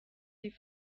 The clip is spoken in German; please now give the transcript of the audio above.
sie